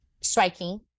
striking